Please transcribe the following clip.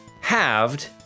halved